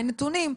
אין נתונים,